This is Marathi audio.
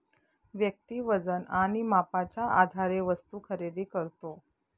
व्यक्ती वजन आणि मापाच्या आधारे वस्तू खरेदी करतो